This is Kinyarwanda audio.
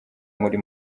muri